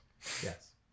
Yes